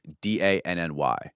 D-A-N-N-Y